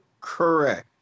Correct